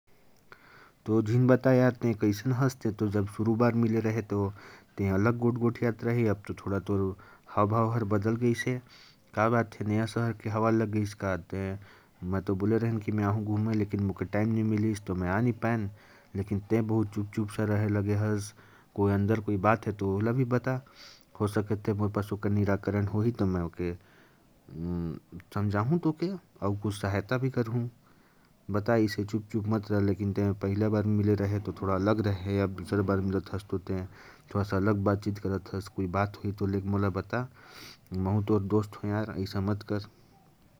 तो, बताओ यार, कैसा है? नये शहर की हवा लग गई क्या? तुम तो बोले रहे थे कि घूमने गए हो, लेकिन कुछ भी नहीं बताया यार। मैं भी नहीं आ पाया यार। नये शहर की हवा लग गई क्या? एकदम चुप क्यों थे? बताओ यार, कोई बात है क्या? अगर कोई बात हो तो बता यार, कुछ सुझाव दे देना।